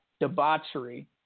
Debauchery